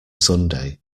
sunday